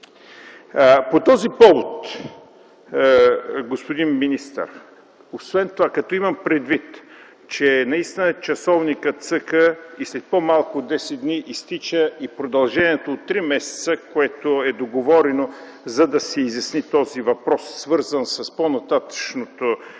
По този повод, господин министър, освен това като имам предвид, че наистина часовникът цъка и след по-малко от 10 дни изтича и продължението от 3 месеца, което е договорено, за да се изясни този въпрос, свързан с по-нататъшното